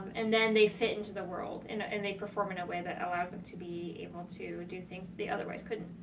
and then, they fit into the world, and ah and they perform in a way that allows them to be able to do things that they otherwise couldn't.